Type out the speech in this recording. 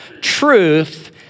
truth